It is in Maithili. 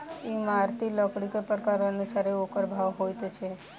इमारती लकड़ीक प्रकारक अनुसारेँ ओकर भाव होइत छै